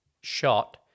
shot